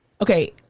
okay